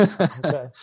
Okay